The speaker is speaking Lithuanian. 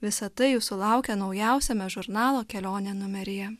visa tai jūsų laukia naujausiame žurnalo kelionė numeryje